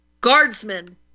guardsmen